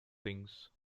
things